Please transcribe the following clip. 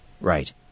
right